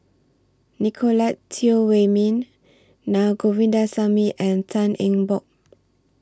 Nicolette Teo Wei Min Na Govindasamy and Tan Eng Bock